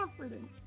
comforting